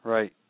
Right